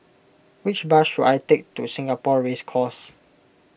which bus should I take to Singapore Race Course